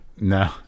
no